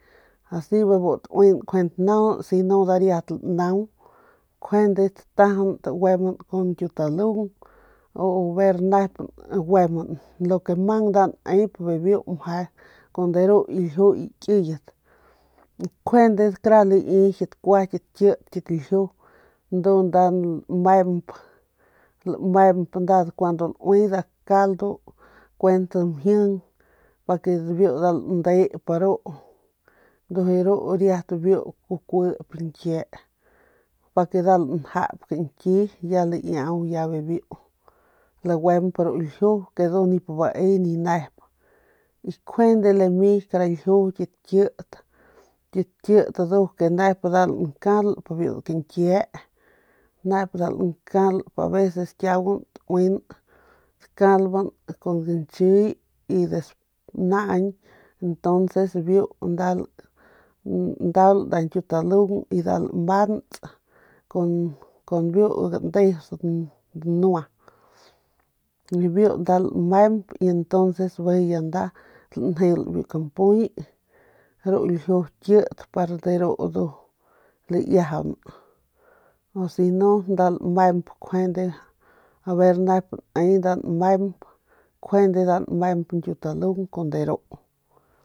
Asi bebu tauin tanaunan si no nda riat lanaung kun deru ljiu kiyet kjuande lai kua kit kit ndu nda lamemp kun laue nda kaldo kuent mjing pa ke biu nda landep ru ndujuy ru riat biu kuip nkie pakenda lanjap kañkiy nep nda lankalp aveces kiuguan tauin takalban kun gañchiy y naañ biu nda ldaul kun nda ñkiutalung y nda lamants kun biu gandeus danua kun biu nda lamemp y entonces bijiy nda lanjel biu kampuy ru ljiu ndu nkjuande laiajaun u si no ver nep nda ne nmemp kjuende nda nmemp ñkiutalung kun de ru